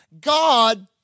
God